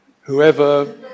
whoever